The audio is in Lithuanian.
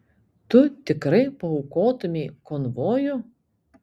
tu tikrai paaukotumei konvojų